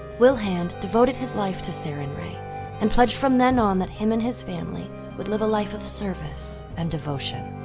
wilhand devoted his life to sarenrae and pledged from then on that him and his family would live a life of service and devotion.